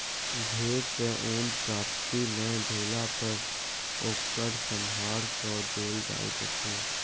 भेड़ सॅ ऊन प्राप्ति नै भेला पर ओकर संहार कअ देल जाइत अछि